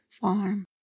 Farm